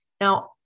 Now